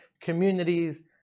communities